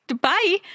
Bye